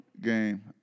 Game